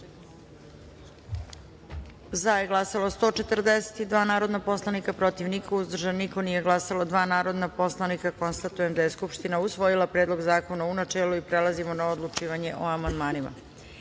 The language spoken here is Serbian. Za je glasalo 142 narodna poslanika, protiv – niko, uzdržan – niko, nije glasalo dva narodna poslanika. Konstatujem da je Skupština usvojila Predlog zakona u načelu. Prelazimo na odlučivanje o amandmanima. Stavljam